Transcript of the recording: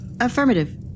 Affirmative